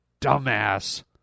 dumbass